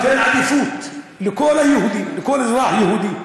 נותן עדיפות לכל היהודים, לכל אזרח יהודי,